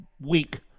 week